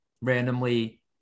randomly